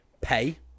pay